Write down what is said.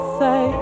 say